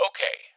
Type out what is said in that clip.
Okay